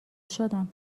شدم